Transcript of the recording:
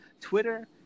Twitter